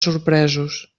sorpresos